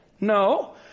no